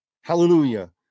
Hallelujah